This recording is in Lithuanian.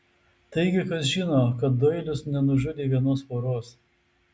taigi kas žino kad doilis nenužudė vienos poros